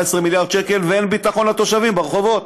מיליארד שקל ואין ביטחון לתושבים ברחובות.